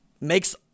makes